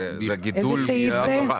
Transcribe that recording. זה גידול מטורף.